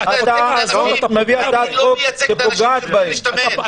אתה מביא הצעת חוק שפוגעת בהם.